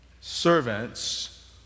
Servants